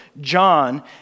John